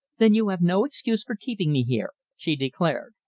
then you have no excuse for keeping me here, she declared.